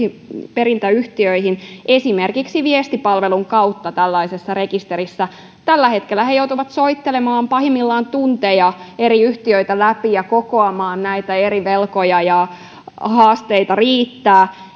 perintäyhtiöihin esimerkiksi viestipalvelun kautta tällaisessa rekisterissä tällä hetkellä he joutuvat soittelemaan pahimmillaan tunteja eri yhtiöitä läpi ja kokoamaan eri velkoja ja haasteita riittää